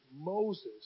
Moses